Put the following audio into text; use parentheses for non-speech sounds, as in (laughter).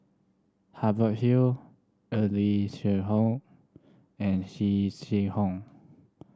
Hubert Hill Eng Lee Seok (unintelligible) and (unintelligible) Chee How